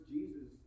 Jesus